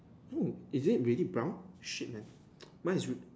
no is it really brown shit man mine is red